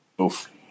Oof